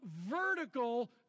vertical